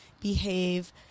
behave